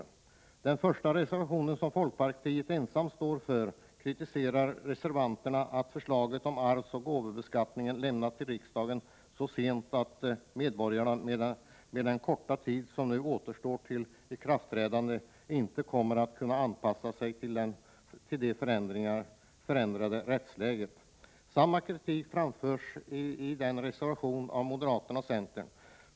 I den första reservationen, bakom vilken står enbart företrädare för folkpartiet, kritiserar reservanterna att förslaget om arvsoch gåvobeskattningen lämnats till riksdagen så sent att medborgarna med den korta tid som nu återstår till ikraftträdandet inte kommer att kunna anpassa sig till det förändrade rättsläget. Samma kritik framförs i reservationen 2 av moderaterna och centern.